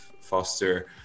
foster